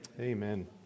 Amen